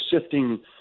sifting